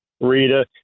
Rita